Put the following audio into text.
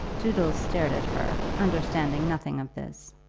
doodles stared at her, understanding nothing of this.